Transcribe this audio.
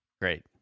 great